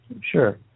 Sure